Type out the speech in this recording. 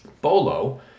Bolo